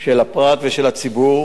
של הפרט ושל הציבור,